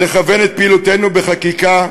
לכוון את פעילותנו, בחקיקה,